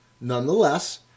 Nonetheless